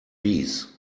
bees